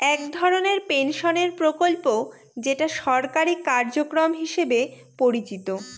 এক ধরনের পেনশনের প্রকল্প যেটা সরকারি কার্যক্রম হিসেবে পরিচিত